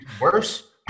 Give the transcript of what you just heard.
Worse